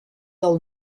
del